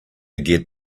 get